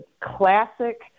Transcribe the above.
classic